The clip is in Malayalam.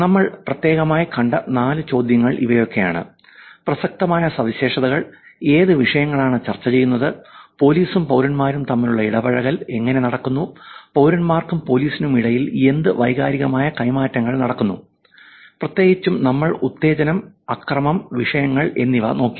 നമ്മൾ പ്രത്യേകമായി കണ്ട നാല് ചോദ്യങ്ങൾ ഇവയൊക്കെയാണ് പ്രസക്തമായ സവിശേഷതകൾ ഏത് വിഷയങ്ങളാണ് ചർച്ച ചെയ്യുന്നത് പോലീസും പൌരന്മാരും തമ്മിലുള്ള ഇടപഴകൽ എങ്ങനെ നടക്കുന്നു പൌരന്മാർക്കും പോലീസിനും ഇടയിൽ എന്ത് വൈകാരികമായ കൈമാറ്റങ്ങൾ നടക്കുന്നു പ്രത്യേകിച്ചും നമ്മൾ ഉത്തേജനം അക്രമം വിഷയങ്ങൾ എന്നിവ നോക്കി